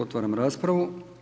Otvaram raspravu.